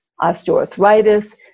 osteoarthritis